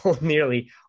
nearly